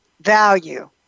value